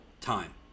time